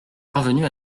parvenue